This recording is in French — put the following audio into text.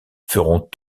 feront